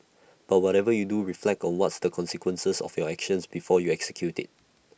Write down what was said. but whatever you do reflect on what's the consequences of your action before you execute IT